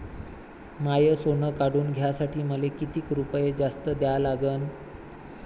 माय सोनं काढून घ्यासाठी मले कितीक रुपये जास्त द्या लागन?